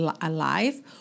alive